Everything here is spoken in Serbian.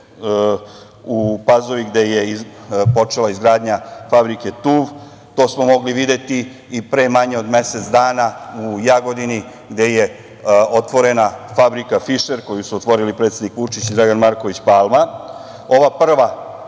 u Pazovi, gde je počela izgradnja fabrike „Tuv“, to smo mogli videti i pre manje od mesec dana u Jagodini gde je otvorena fabrika „Fišer“, koju su otvorili predsednik Vučić i Dragan Marković Palma.